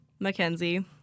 Mackenzie